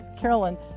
Carolyn